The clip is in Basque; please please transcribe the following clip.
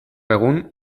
egun